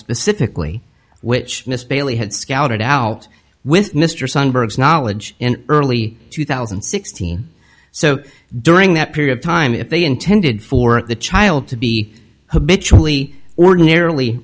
specifically which mr bailey had scouted out with mr sunburns knowledge in early two thousand and sixteen so during that period of time if they intended for the child to be habitually ordinarily